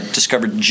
discovered